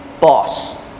boss